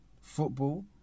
football